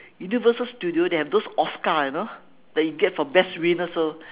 universal studio they have those oscar you know that they get for best winner so